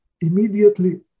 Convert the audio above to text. immediately